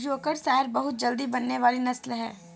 Yorkshire बहुत जल्दी बढ़ने वाली नस्ल है